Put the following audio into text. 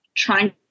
trying